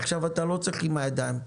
עכשיו אתה לא צריך עם הידיים.